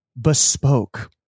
bespoke